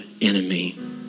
enemy